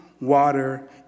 water